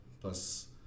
plus